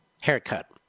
haircut